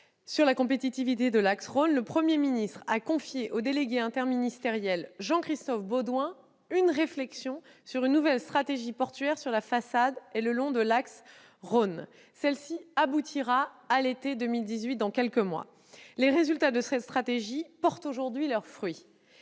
sur la compétitivité de cet axe, le Premier ministre a confié au délégué interministériel Jean-Christophe Baudouin le soin de mener une réflexion sur une nouvelle stratégie portuaire sur la façade et le long de l'axe précité. Celle-ci aboutira dans quelques mois, à l'été 2018. Les résultats de cette stratégie portent aujourd'hui leurs fruits.